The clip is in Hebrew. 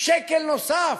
שקל נוסף,